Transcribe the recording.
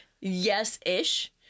yes-ish